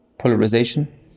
polarization